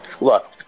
Look